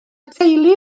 teulu